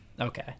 Okay